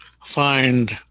find